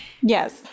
Yes